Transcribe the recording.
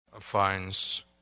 finds